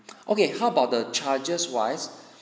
okay how about the charges wise